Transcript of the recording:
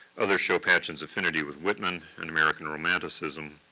others' show patchen's affinity with whitman and american romanticism.